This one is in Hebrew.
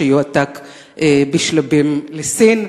שיועתק בשלבים לסין.